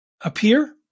appear